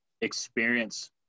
experience